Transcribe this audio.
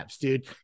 dude